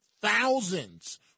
thousands